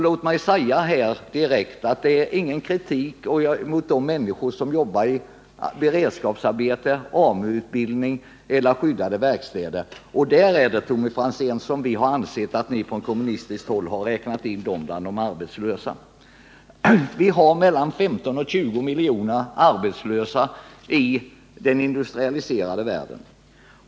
Låt mig säga direkt att det är ingen kritik mot de människor som jobbar i beredskapsarbete, i AMU-utbildning eller i skyddade verkstäder när jag säger till Tommy Franzén att vi anser att ni från kommunistiskt håll har räknat in dessa människor bland de arbetslösa. Vi har mellan 15 och 20 miljoner arbetslösa i den industrialiserade världen.